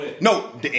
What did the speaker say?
No